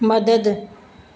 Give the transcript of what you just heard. मदद